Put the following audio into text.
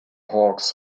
hawks